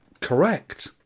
Correct